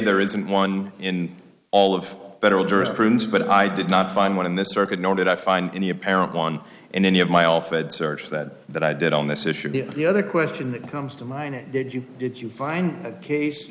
there isn't one in all of federal jurisprudence but i did not find one in this circuit nor did i find any apparent one in any of my all feds search that that i did on this issue the the other question that comes to mind did you did you find a case